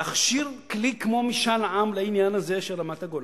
להכשיר כלי כמו משאל עם לעניין הזה של רמת-הגולן,